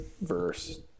verse